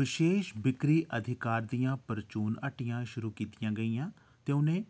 बशेश बिक्रियां अधिकार दियां परचून हट्टियां शुरू कीतियां गेइयां ते उ'नें